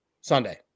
Sunday